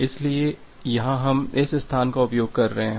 इसलिए यहां हम इस स्थान का उपयोग कर रहे हैं